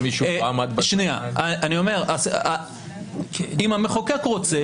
אם המחוקק רוצה,